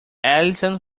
allison